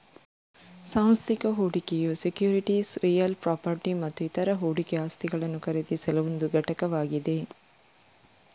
ಸಾಂಸ್ಥಿಕ ಹೂಡಿಕೆಯು securities real property ಮತ್ತು ಇತರ ಹೂಡಿಕೆ ಆಸ್ತಿಗಳನ್ನು ಖರೀದಿಸಲು ಒಂದು ಘಟಕವಾಗಿದೆ